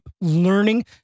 learning